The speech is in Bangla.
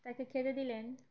তাকে খেতে দিলেন